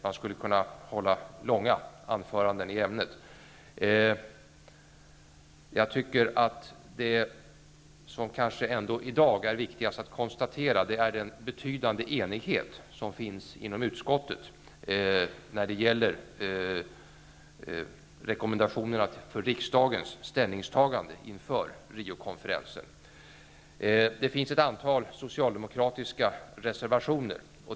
Man skulle kunna hålla långa anföranden i ämnet. Jag tycker att det som i dag är viktigast att konstatera är den betydande enighet som finns inom utskottet när det gäller rekommendationerna för riksdagens ställningstagande inför Riokonferensen. Det finns ett antal socialdemokratiska reservationer.